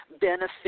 benefit